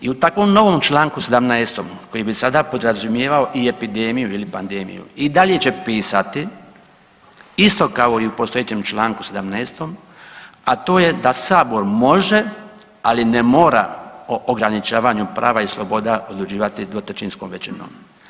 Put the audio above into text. I u takvom novom čl. 17. koji bi sada podrazumijevao i epidemiju ili pandemiju i dalje će pisati isto kao i u postojećem čl. 17., a to je da Sabor može, ali ne mora o ograničavanju prava i sloboda odlučivati dvotrećinskom većinom.